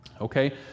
Okay